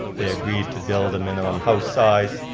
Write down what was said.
they agreed to build a minimum house size.